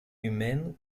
humaine